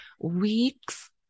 weeks